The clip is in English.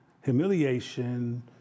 humiliation